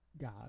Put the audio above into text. God